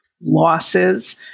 losses